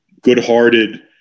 good-hearted